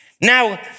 Now